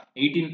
18